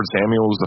Samuels